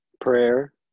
prayer